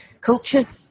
culture's